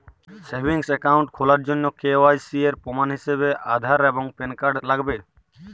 savings account খোলার জন্য KYC এর প্রমাণ হিসেবে আধার এবং প্যান কার্ড লাগবে